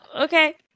okay